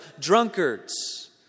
drunkards